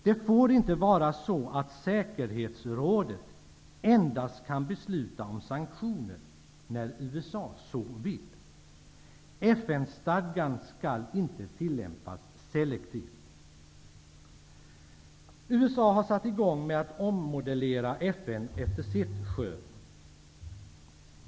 Det får inte vara så att säkerhetsrådet endast kan besluta om sanktioner när USA så vill. USA har satt i gång en ommodellering av FN efter sitt skön.